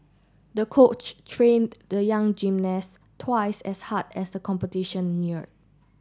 the coach trained the young gymnast twice as hard as the competition neared